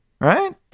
Right